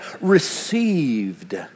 received